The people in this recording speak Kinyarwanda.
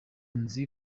nzi